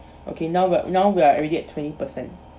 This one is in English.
okay now we're at now we're already at twenty per cent